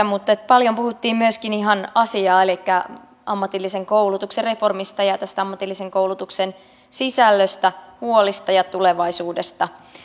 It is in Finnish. mutta paljon puhuttiin myöskin ihan asiaa elikkä ammatillisen koulutuksen reformista ja ammatillisen koulutuksen sisällöstä huolista ja tulevaisuudesta